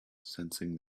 sensing